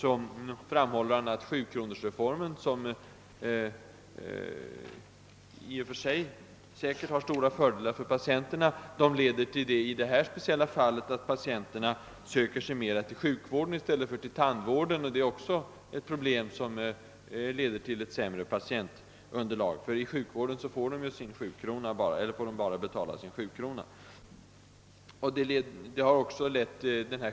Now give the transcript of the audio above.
Han framhåller också att 7-kronorsreformen, som säkert innebär stora fördelar för patienterna i andra avseenden, i detta speciella fall leder till att patienterna i större utsträckning söker sig till kroppssjukvården i stället för till tandvården. Det medför ett sämre patientunderlag för undervisningen i oral kirurgi.